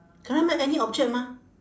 cannot make any object mah